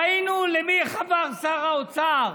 ראינו למי חבר שר האוצר,